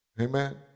Amen